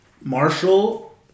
Marshall